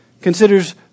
considers